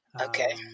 Okay